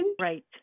Right